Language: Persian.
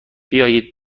بیاید